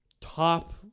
top